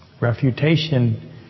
Refutation